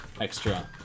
extra